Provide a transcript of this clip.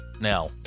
now